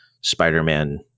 Spider-Man